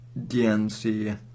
DNC